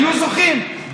היו זוכים,